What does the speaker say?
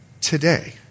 today